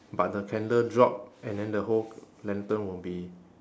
but the candle drop and then the whole lantern will be